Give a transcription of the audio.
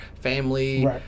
family